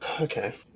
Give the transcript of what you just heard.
Okay